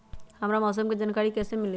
हमरा मौसम के जानकारी कैसी मिली?